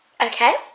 Okay